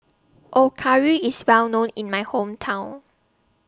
Okayu IS Well known in My Hometown